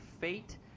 Fate